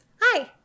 Hi